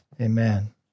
amen